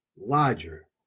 larger